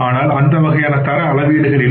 ஆனால் அந்த வகையான தர அளவீடுகள் இல்லை